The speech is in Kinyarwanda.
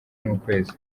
n’ukwezi